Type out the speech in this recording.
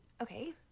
Okay